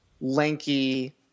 lanky